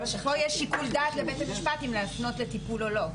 פה יש שיקול דעת לבית המשפט אם להפנות לטיפול או לא.